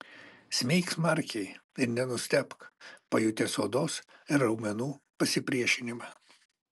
smeik smarkiai ir nenustebk pajutęs odos ir raumenų pasipriešinimą